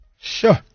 Sure